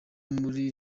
muri